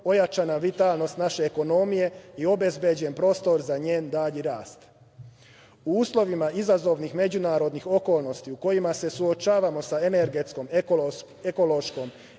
ojačana vitalnost naše ekonomije i obezbeđen prostor za njen dalji rast.U uslovima izazovnih međunarodnih okolnosti u kojima se suočavamo sa energetskom, ekološkom,